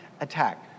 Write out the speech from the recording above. attack